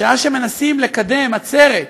בשעה שמנסים לקדם עצרת,